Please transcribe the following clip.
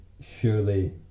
surely